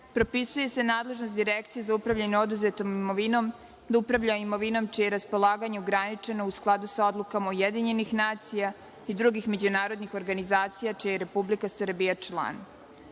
Propisuje se nadležnost Direkciji za upravljanje oduzetom imovinom da upravlja imovinom čije je raspolaganje ograničeno u skladu sa odlukama UN i drugih međunarodnih organizacija čiji je Republika Srbija